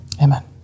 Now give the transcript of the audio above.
Amen